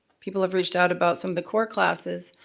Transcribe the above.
people have reached out about, some of the core classes,